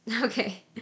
Okay